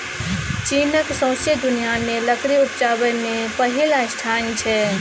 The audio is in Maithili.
चीनक सौंसे दुनियाँ मे लकड़ी उपजाबै मे पहिल स्थान छै